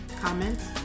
comments